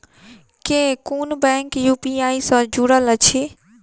केँ कुन bank UPI सँ जुड़ल अछि?